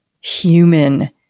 human